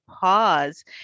pause